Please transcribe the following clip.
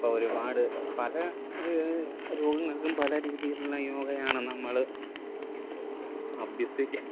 ഇപ്പം ഒരു പാട് പല രോഗങ്ങള്ക്കും പല രീതിയിലുള്ള യോഗയാണ് നമ്മൾ അഭ്യസിക്കുക